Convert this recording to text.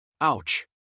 Ouch